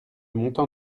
montant